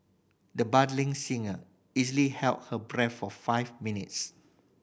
the budding singer easily held her breath for five minutes